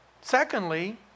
secondly